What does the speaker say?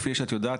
כפי שאת יודעת,